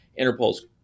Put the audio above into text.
Interpol's